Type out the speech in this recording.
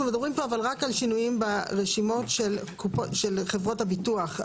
אנחנו מדברים פה רק על שינויים ברשימות של חברות הביטוח,